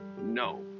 No